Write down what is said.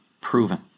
proven